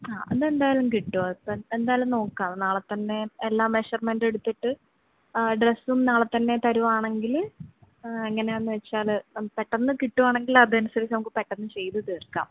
ആ അതെന്തായാലും കിട്ടും എന്താലും നോക്കാം നാളെ തന്നെ എല്ലാ മെഷർമെൻറ്റെടുത്തിട്ട് ഡ്രെസ്സും നാളെ തന്നെ തരികയാണെങ്കിൽ എങ്ങനെയാന്ന് വെച്ചാൽ പെട്ടെന്ന് കിട്ടുവാണെങ്കിൽ അത് അനുസരിച്ച് നമുക്ക് പെട്ടെന്ന് ചെയ്തു തീർക്കാം